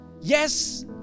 Yes